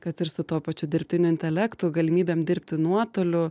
kad ir su tuo pačiu dirbtiniu intelektu galimybėm dirbti nuotoliu